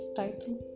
title